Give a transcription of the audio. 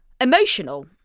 emotional